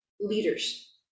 leaders